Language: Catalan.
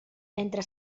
entre